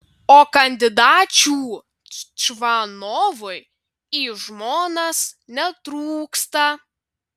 o kandidačių čvanovui į žmonas netrūksta